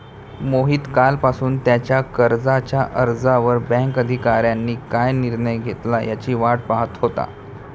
मोहित कालपासून त्याच्या कर्जाच्या अर्जावर बँक अधिकाऱ्यांनी काय निर्णय घेतला याची वाट पाहत होता